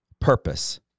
purpose